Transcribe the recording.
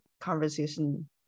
conversation